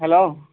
hello